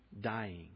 dying